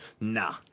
Nah